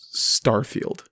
Starfield